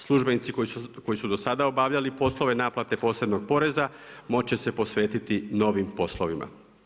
Službenici koji su do sada obavljali poslove naplate posebnog poreza moći će se posvetiti novim poslovima.